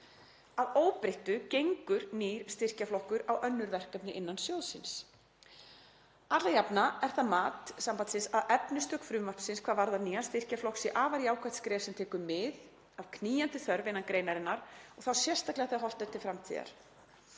Að óbreyttu gengur nýr styrkjaflokkur á önnur verkefni innan sjóðsins. Alla jafna er það mat SÍK að efnistök frumvarpsins hvað varðar nýjan styrkjaflokk sé afar jákvætt skref sem tekur mið af knýjandi þörf innan greinarinnar og þá sérstaklega þegar horft er til framtíðar.